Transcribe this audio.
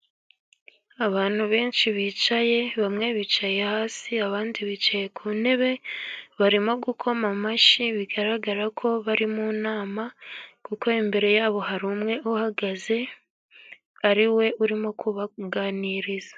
Abantu benshi bicaye, bamwe bicaye hasi, abandi bicaye ku ntebe barimo gukoma amashyi. Bigaragara ko bari mu nama, kuko imbere yabo hari umwe uhagaze ari we urimo kubaganiriza.